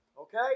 Okay